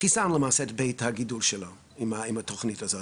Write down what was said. חיסלנו למעשה את בית הגידול שלו עם התוכנית הזאת,